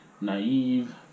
naive